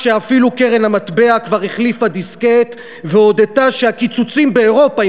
כשאפילו קרן המטבע כבר החליפה דיסקט והודתה שהקיצוצים באירופה,